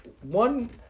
one